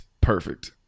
perfect